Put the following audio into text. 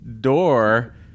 door